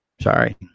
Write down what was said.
Sorry